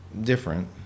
different